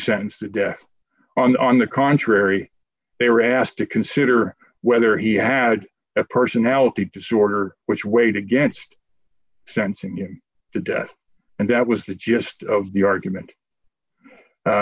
sentenced to death on the contrary they were asked to consider whether he had a personality disorder which weighed against sensing him to death and that was the gist of the argument